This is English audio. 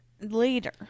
later